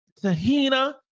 Tahina